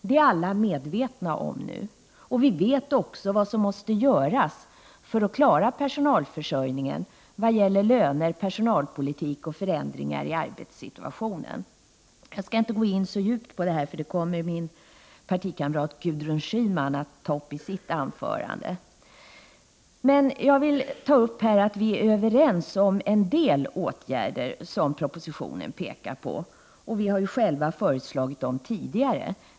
Det är alla ärm. mn me medvetna om nu. Vi vet också vad som måste göras för att klara personalförsörjningen vad gäller löner, personalpolitik och förändringar i arbetssituationen. Jag skall inte gå in så djupt i denna fråga, för min partikamrat Gudrun Schyman kommer att ta upp detta i sitt anförande. Men jag vill nämna att vi är överens om en del åtgärder som propositionen pekar på, och vi har själva föreslagit dem tidigare.